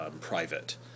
private